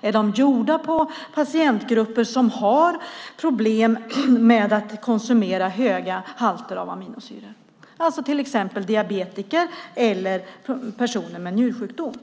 Är de gjorda på patientgrupper som har problem med att konsumera höga halter av aminosyror, alltså till exempel diabetiker eller personer med njursjukdom?